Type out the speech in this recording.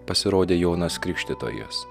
pasirodė jonas krikštytojas